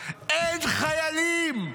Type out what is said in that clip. אין חיילים.